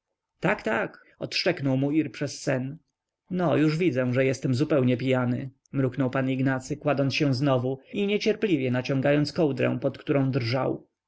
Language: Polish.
tak tak odszczeknął mu ir przez sen no już widzę że jestem zupełnie pijany mruknął pan ignacy kładąc się znowu i niecierpliwie naciągając kołdrę pod którą drżał